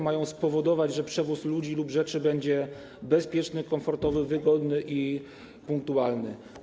Mają one spowodować, że przewóz ludzi lub rzeczy będzie bezpieczny, komfortowy, wygodny i punktualny.